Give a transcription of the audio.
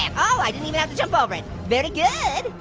and oh i didn't even have to jump over it, very good!